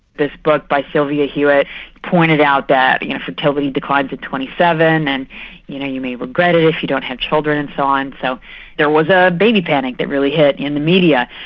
this book by sylvia hewlett pointed out that and you know fertility declines at twenty seven and you know you may regret it if you don't have children and so on. so there was a baby panic that really hit in the media.